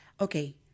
Okay